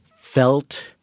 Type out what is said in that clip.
felt